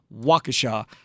Waukesha